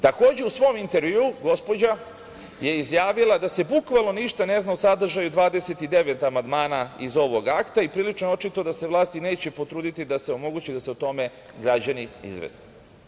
Takođe, u svom intervjuu gospođa je izjavila da se bukvalno ništa ne zna o sadržaju 29 amandmana iz ovog akta i prilično je očito da se vlasti neće potruditi da se omogući da se o tome građani izveste.